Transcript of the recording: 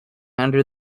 under